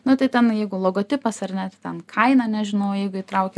nu tai ten jeigu logotipas ar ne tai ten kainą nežinau jeigu įtrauki